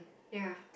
ya